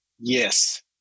Yes